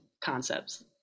concepts